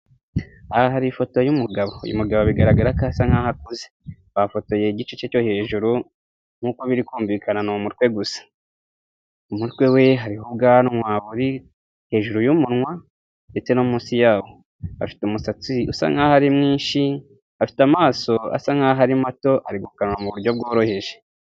Aha hari ifoto y'umugabo uyu mugabo bigaragara ko asa nk'aho akuze bafotoye igice cye cyo hejuru, nkuko biri kumvikana ni umutwe gusa, umutwe we hariho ubwanwa buri hejuru y'umunwa, ndetse no munsi yawo afite umusatsi usa nkaho ari mwinshi, afite amaso asa nkaho ari mato ari gukanura mu buryo bworoheje.